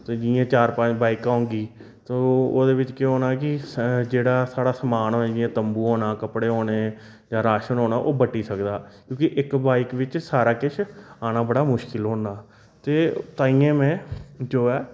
ते जि'यां चार पंज बाइकां होगी ते ओह् ओह्दे बिच केह् होना कि साढ़ा समान होना जि'यां तम्बू होना कपड़े होने जां राशन होना ओह् बंडी सकदा क्योंकि इक बाइक बिच सारा किश औना बड़ा मुश्किल होंदा ते ताइयैं में जो ऐ